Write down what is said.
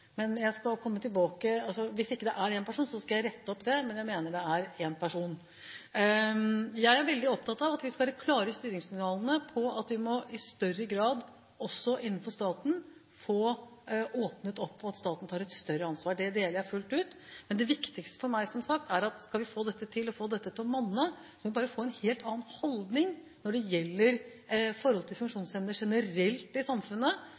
men jeg mener det er én person. Jeg er veldig opptatt av at vi skal være klare i styringssignalene på at vi i større grad – også innenfor staten – må få åpnet opp, og at staten tar et større ansvar. Det deler jeg fullt ut. Men det viktigste for meg, som sagt, er at skal vi få dette til og få dette til å monne, må vi få en helt annen holdning når det gjelder forhold til funksjonshemmede generelt i samfunnet.